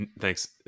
Thanks